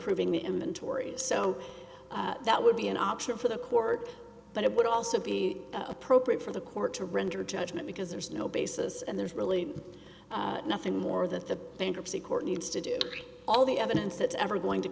proving the inventories so that would be an option for the court but it would also be appropriate for the court to render judgment because there's no basis and there's really nothing more that the bankruptcy court needs to do all the evidence that's ever going to